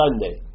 sunday